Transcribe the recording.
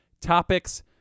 topics